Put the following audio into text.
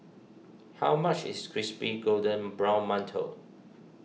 how much is Crispy Golden Brown Mantou